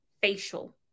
facial